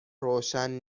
روشن